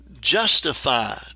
justified